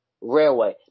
Railway